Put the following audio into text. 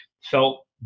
felt